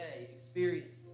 experience